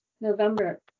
November